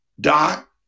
Dot